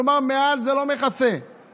כלומר מעל זה לא מכסה בהחרגה.